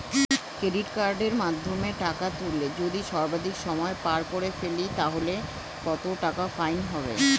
Credit কার্ডের মাধ্যমে টাকা তুললে যদি সর্বাধিক সময় পার করে ফেলি তাহলে কত টাকা ফাইন হবে?